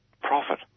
profit